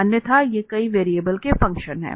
अन्यथा ये कई वेरिएबल के फ़ंक्शन हैं